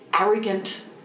arrogant